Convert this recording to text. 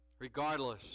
Regardless